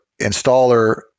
installer